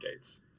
updates